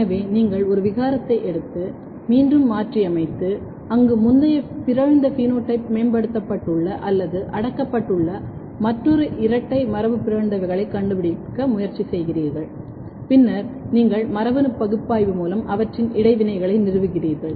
எனவே நீங்கள் ஒரு விகாரத்தை எடுத்து மீண்டும் மாற்றியமைத்து அங்கு முந்தைய பிறழ்ந்த பினோடைப் மேம்படுத்தப்பட்டுள்ள அல்லது அடக்கப்பட்டுள்ள மற்றொரு இரட்டை மரபுபிறழ்ந்தவைகளைக் கண்டுபிடிக்க முயற்சி செய்கிறீர்கள் பின்னர் நீங்கள் மரபணு பகுப்பாய்வு மூலம் அவற்றின் இடைவினைகளை நிறுவுகிறீர்கள்